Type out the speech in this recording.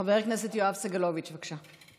חבר הכנסת יואב סגלוביץ', בבקשה.